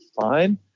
fine